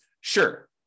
Sure